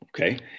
okay